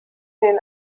den